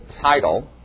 title